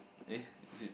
eh is it